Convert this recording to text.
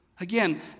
Again